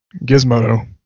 Gizmodo